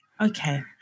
Okay